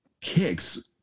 kicks